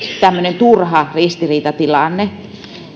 tämmöinen turha ristiriitatilanne